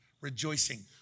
rejoicing